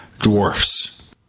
dwarfs